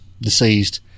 deceased